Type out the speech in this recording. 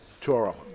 Toro